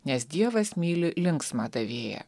nes dievas myli linksmą davėją